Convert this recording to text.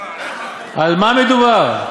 על מה מדובר?